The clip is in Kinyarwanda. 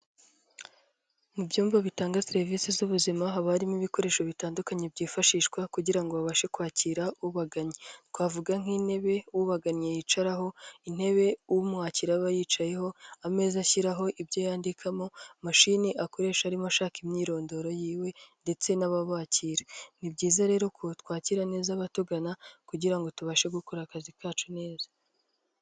Mu byumba bitanga serivisi z'ubuzima haba harimo ibikoresho bitandukanye byifashishwa kugira ngo babashe kwakira ubagannye. Twavuga nk'intebe ubagannye yicaraho, intebe umwakira aba yicayeho, ameza ashyiraho ibyo yandikamo, mashini akoresha arimo ashaka imyirondoro yiwe ndetse n'ababakira. Ni byiza rero ko twakira neza abatugana kugira ngo tubashe gukora akazi kacu neza.